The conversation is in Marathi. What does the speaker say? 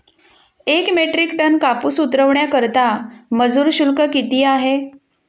एक मेट्रिक टन कापूस उतरवण्याकरता मजूर शुल्क किती आहे?